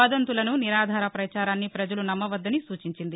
వదంతులను నిరాధార ప్రచారాన్ని ప్రజలు నమ్మవద్దని సూచించింది